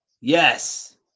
Yes